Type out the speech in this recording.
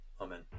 Amen